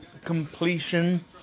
completion